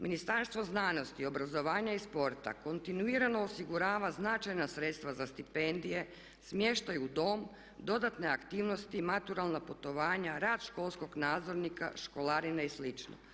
Ministarstvo znanosti, obrazovanja i sporta kontinuirano osigurava značajna sredstva za stipendije, smještaj u dom, dodatne aktivnosti, maturalna putovanja, rad školskog nadzornika, školarine i slično.